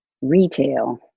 retail